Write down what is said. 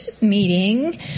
meeting